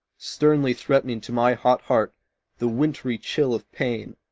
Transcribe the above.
sternly threatening to my hot heart the wintry chill of pain,